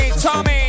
Tommy